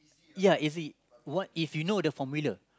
ya is if you know the formula